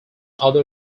other